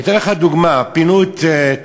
אני אתן לך דוגמה: פינו את "תנובה".